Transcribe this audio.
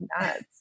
nuts